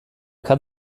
kann